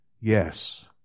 Yes